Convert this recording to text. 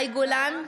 מאי גולן,